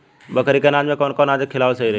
बकरी के अनाज में कवन अनाज खियावल सही होला?